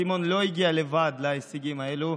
סימון לא הגיע לבד להישגים האלה,